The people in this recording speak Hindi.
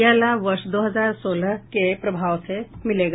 यह लाभ वर्ष दो हजार सोलह के प्रभाव से मिलेगा